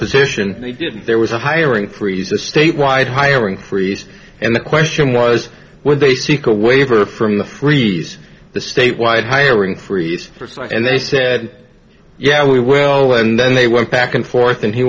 position they didn't there was a hiring freeze a statewide hiring freeze and the question was would they seek a waiver from the freeze the state wide hiring freeze for so and they said yeah well and then they went back and forth and he